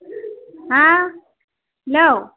हा हेल'